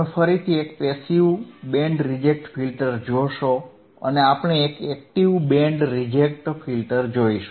તમે ફરીથી એક પેસીવ બેન્ડ રિજેક્ટ ફિલ્ટર જોશો અને આપણે એક એક્ટીવ બેન્ડ રિજેક્ટ ફિલ્ટર જોશું